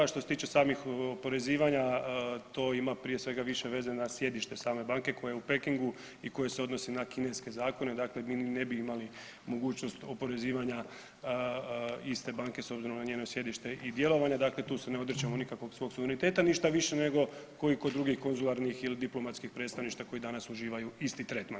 Što se tiče samih oporezivanja, to ima prije svega više veze na sjedište same banke koja je u Pekingu i koji se odnosi na kineske zakone, dakle mi ni ne bi imali mogućnost oporezivanja iste banke, s obzirom na njeno sjedište i djelovanje, dakle tu se ne odričemo nikakvog svog suvereniteta, ništa više nego kao i kod drugih konzularnih ili diplomatskih predstavništava koji danas uživaju isti trend.